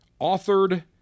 authored